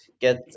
get